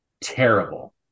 terrible